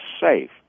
safe